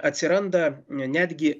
atsiranda netgi